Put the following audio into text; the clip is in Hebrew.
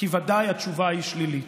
כי ודאי התשובה היא שלילית.